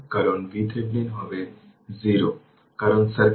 সুতরাং এটি equivalent circuit